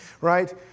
right